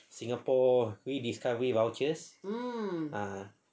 singapore rediscovery vouchers ah